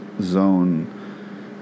Zone